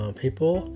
people